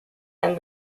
and